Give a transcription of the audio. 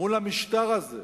מול המשטר הזה.